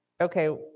okay